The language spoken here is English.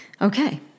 Okay